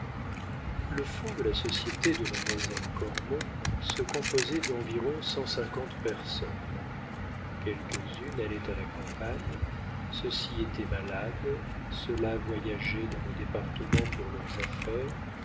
le fond de la société de mademoiselle cormon se composait d'environ cent cinquante personnes quelques-unes allaient à la campagne ceux-ci étaient malades ceux-là voyageaient dans le département pour leurs affaires